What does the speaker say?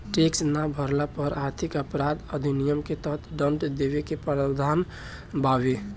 tax ना भरला पर आर्थिक अपराध अधिनियम के तहत दंड देवे के प्रावधान बावे